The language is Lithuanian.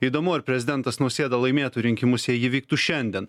įdomu ar prezidentas nausėda laimėtų rinkimus jei jie vyktų šiandien